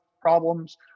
problems